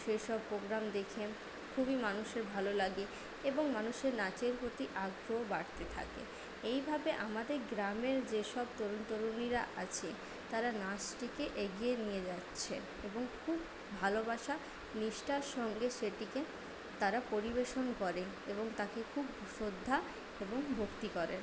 সেসব প্রোগ্রাম দেখে খুবই মানুষের ভালো লাগে এবং মানুষের নাচের প্রতি আগ্রহ বাড়তে থাকে এইভাবে আমাদের গ্রামের যে সব তরুণ তরুণীরা আছে তারা নাচটিকে এগিয়ে নিয়ে যাচ্ছে এবং খুব ভালোবাসা নিষ্ঠার সঙ্গে সেটিকে তারা পরিবেশন করে এবং তাকে খুব শ্রদ্ধা এবং ভক্তি করে